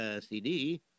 CD